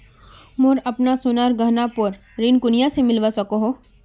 मोक अपना सोनार गहनार पोर ऋण कुनियाँ से मिलवा सको हो?